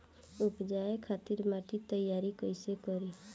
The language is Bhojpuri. उपजाये खातिर माटी तैयारी कइसे करी?